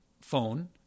phone